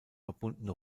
verbundene